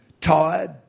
tired